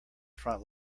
front